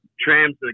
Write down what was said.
trams